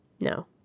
no